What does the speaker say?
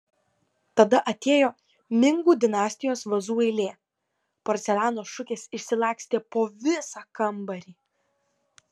tada atėjo mingų dinastijos vazų eilė porceliano šukės išsilakstė po visą kambarį